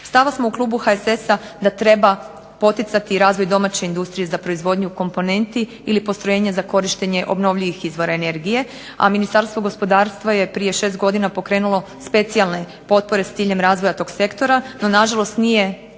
Stava smo u klubu HSS-a da treba poticati razvoj domaće industrije za proizvodnju komponenti ili postrojenja za korištenje obnovljivih izvora energije, a Ministarstvo gospodarstva je prije 6 godina pokrenulo specijalne potpore s ciljem razvoja tog sektora, no na žalost nije